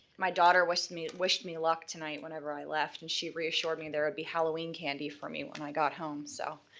my daughter wished me wished me luck tonight whenever i left and she reassured me there would be halloween candy for me when i got home so,